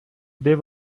they